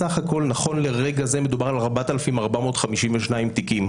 בסך הכול נכון לרגע זה מדובר על 4,452 תיקים.